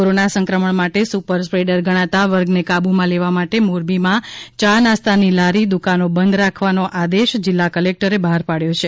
corona સંક્રમણ માટે super spreader ગણાતા વર્ગને કાબૂમાં લેવા માટે મોરબીમાં ચા નાસ્તાની લારી દુકાનો બંધ રાખવાનો આદેશ જિલ્લા કલેકટરે બહાર પાડ્યો છે